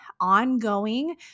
ongoing